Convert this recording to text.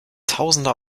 tausender